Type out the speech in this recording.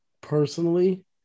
personally